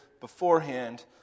beforehand